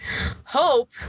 hope